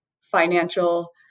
financial